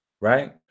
right